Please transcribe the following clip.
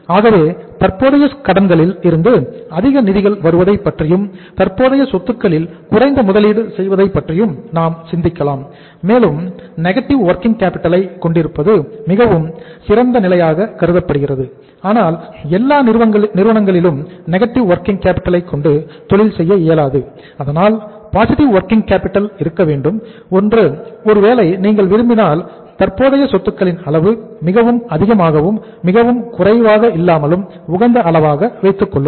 ஆகவே தற்போதைய கடன்களில் இருந்து அதிக நிதிகள் வருவதைப் பற்றியும் தற்போதைய சொத்துக்களில் குறைந்த முதலீடு செய்வதை பற்றியும் நாம் சிந்திக்கலாம் மேலும் நெகட்டிவ் வொர்கிங் கேப்பிட்டல் இருக்க வேண்டும் என்று ஒருவேளை நீங்கள் விரும்பினால் தற்போதைய சொத்துக்களின் அளவு மிகவும் அதிகமாகவும் மிகவும் குறைவாகவும் இல்லாமல் உகந்த அளவாக வைத்துக் கொள்ளுங்கள்